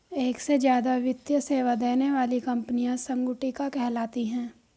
एक से ज्यादा वित्तीय सेवा देने वाली कंपनियां संगुटिका कहलाती हैं